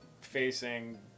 facing